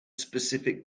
specific